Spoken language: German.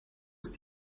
ist